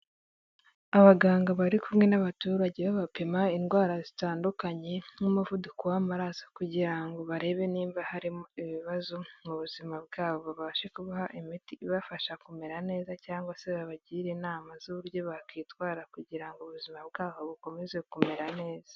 Abaganga bari kumwe n'abaturage babapima indwara zitandukanye n'umuvuduko w'amaraso kugira ngo barebe niba harimo ibibazo mu buzima bwabo. Babashe kubaha imiti ibafasha kumera neza cyangwa se babagire inama z'uburyo bakwitwara kugira ngo ubuzima bwabo bukomeze kumera neza.